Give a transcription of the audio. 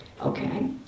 Okay